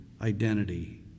identity